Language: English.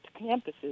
campuses